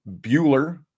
Bueller